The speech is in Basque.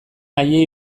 haiei